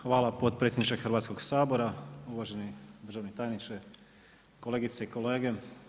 Hvala potpredsjedniče Hrvatskoga sabora, uvaženi državni tajniče, kolegice i kolege.